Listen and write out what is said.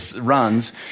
runs